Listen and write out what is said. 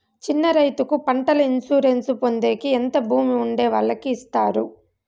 చిన్న రైతుకు పంటల ఇన్సూరెన్సు పొందేకి ఎంత భూమి ఉండే వాళ్ళకి ఇస్తారు?